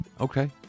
okay